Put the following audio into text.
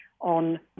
on